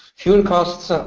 fuel costs